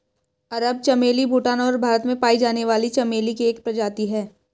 अरब चमेली भूटान और भारत में पाई जाने वाली चमेली की एक प्रजाति है